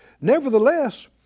Nevertheless